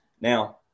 Now